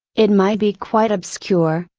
it might be quite obscure,